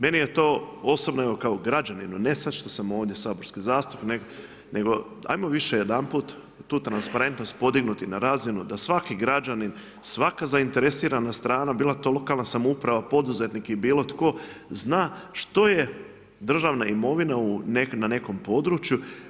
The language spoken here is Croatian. Meni je to osobno, kao građanina, ne sad što sam ovdje saborski zastupnik, nego ajmo više jedanput, tu transparentnost podignuti na razinu, da svaki građanin, svaka zainteresirana strana, bila to lokalna samouprava, poduzetnik ili bilo tko, zna što je državna imovina, na nekom području.